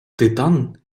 титан